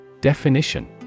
Definition